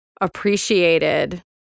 appreciated